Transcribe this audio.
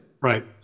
Right